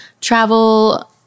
travel